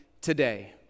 today